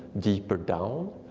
deeper down.